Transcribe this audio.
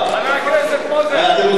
אתם רוצים שאני אוציא אתכם,